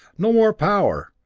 no more power.